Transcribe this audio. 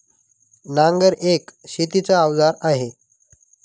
नांगर एक शेतीच अवजार आहे